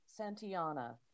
Santiana